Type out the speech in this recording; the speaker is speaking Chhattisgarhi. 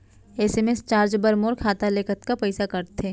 एस.एम.एस चार्ज बर मोर खाता ले कतका पइसा कटथे?